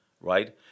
right